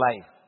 life